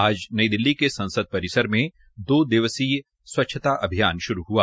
आज नई दिल्ली के संसद परिसर में दो दिवसीय स्वच्छता अभियान शुरू हआ